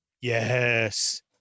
Yes